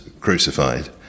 crucified